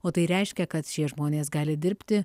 o tai reiškia kad šie žmonės gali dirbti